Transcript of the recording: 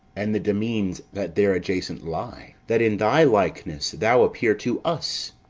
and the demesnes that there adjacent lie, that in thy likeness thou appear to us!